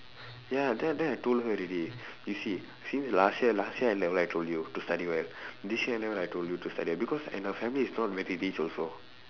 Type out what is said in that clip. ya then then I told her already you see since last year last year N level I told you to study well this year N level I told you to study well because and her family is not very rich also